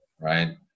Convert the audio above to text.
right